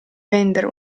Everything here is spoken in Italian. vendere